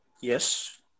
yes